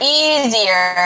easier